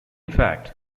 fact